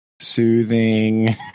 Soothing